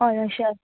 हय अशें आसा